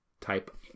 type